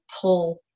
pull